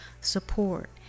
support